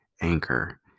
Anchor